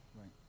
Right